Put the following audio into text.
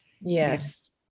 Yes